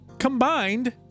Combined